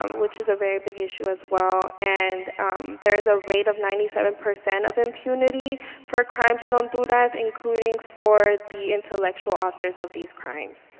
um which is a very big issue as well. and there is a rate of ninety seven percent of impunity for crimes and and there including for the intellectual authors of these crimes.